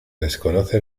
desconoce